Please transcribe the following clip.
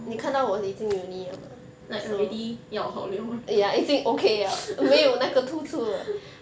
orh like already 要好了 ah